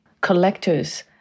collectors